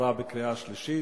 עברה בקריאה שלישית